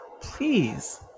please